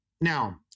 Now